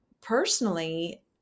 personally